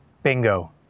Bingo